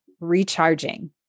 recharging